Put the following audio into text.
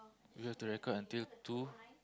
we have to record until two